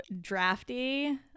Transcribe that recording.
drafty